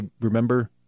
remember